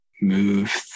move